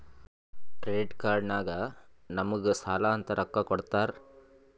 credit card ನಾಗ್ ನಮುಗ್ ಸಾಲ ಅಂತ್ ರೊಕ್ಕಾ ಕೊಡ್ತಾರ್